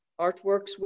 artworks